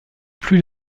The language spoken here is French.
plus